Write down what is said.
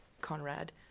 Conrad